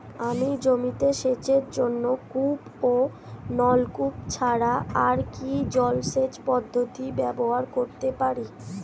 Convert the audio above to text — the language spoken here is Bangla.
আমি জমিতে সেচের জন্য কূপ ও নলকূপ ছাড়া আর কি জলসেচ পদ্ধতি ব্যবহার করতে পারি?